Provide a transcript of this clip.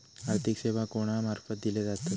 आर्थिक सेवा कोणा मार्फत दिले जातत?